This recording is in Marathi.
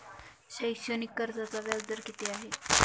शैक्षणिक कर्जाचा व्याजदर किती आहे?